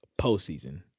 postseason